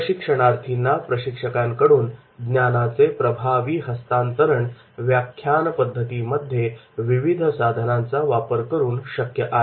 प्रशिक्षणार्थींना प्रशिक्षकांकडून ज्ञानाचे प्रभावी हस्तांतरण व्याख्यान पद्धतीमध्ये विविध साधनांचा वापर करून शक्य आहे